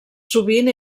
sovint